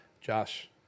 Josh